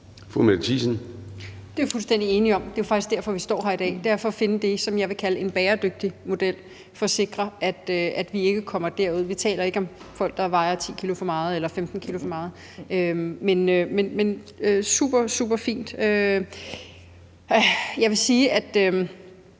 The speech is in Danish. Mette Thiesen (DF): Det er vi fuldstændig enige om; det er jo faktisk derfor, vi står her i dag – det er for at finde det, som jeg vil kalde en bæredygtig model, for at sikre, at vi ikke kommer derud. Vi taler ikke om folk, der vejer 10 kg for meget eller 15 kg for meget. Men det er superfint. Jeg vil sige, at